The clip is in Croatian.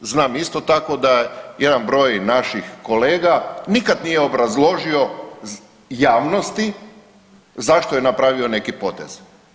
Znam isto tako da jedan broj naših kolega nikad nije obrazložio javnosti zašto je napravio neki potez.